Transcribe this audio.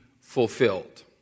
fulfilled